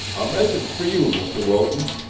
a message for you, mr. wilton,